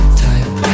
type